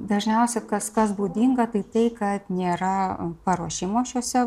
dažniausiai kas kas būdinga tai tai kad nėra paruošimo šiose